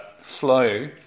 flow